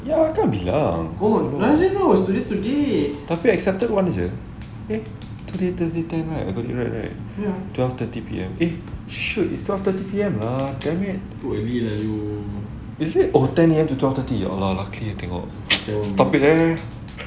ya kan bilang tapi accepted one jer eh today thursday ten I got it right right twelve thirty P_M eh shoot it's twelve thirty P_M lah damn it is it oh ten A_M to twelve thirty ya allah lucky I tengok stop it eh